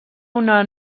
una